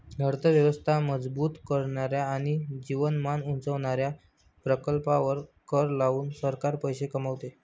अर्थ व्यवस्था मजबूत करणाऱ्या आणि जीवनमान उंचावणाऱ्या प्रकल्पांवर कर लावून सरकार पैसे कमवते